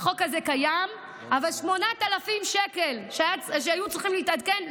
אבל 8,000 שקלים שהיו צריכים להתעדכן,